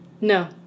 No